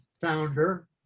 founder